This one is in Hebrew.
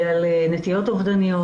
נטיות אובדניות.